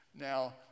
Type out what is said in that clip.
Now